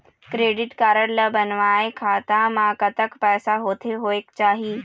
Credit card ला बनवाए खाता मा कतक पैसा होथे होएक चाही?